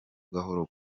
gahoro